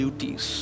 Duties